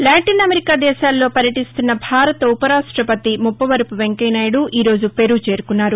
Latin America దేశాలలో పర్యటిస్తున్న భారత ఉప రాష్ట్రపతి ముప్పవరపు వెంకయ్యనాయుడు ఈ రోజు పెరూ చేరుకున్నారు